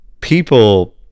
people